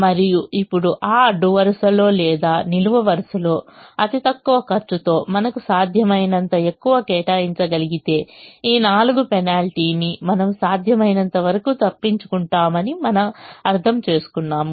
మరియు ఇప్పుడు ఆ అడ్డు వరుసలో లేదా నిలువు వరుసలో అతి తక్కువ ఖర్చుతో మనకు సాధ్యమైనంత ఎక్కువ కేటాయించగలిగితే ఈ 4 పెనాల్టీని మనము సాధ్యమైనంతవరకు తప్పించుకుంటామని మనం అర్థం చేసుకున్నాము